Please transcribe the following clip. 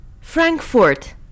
Frankfurt